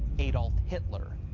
adolf hitler.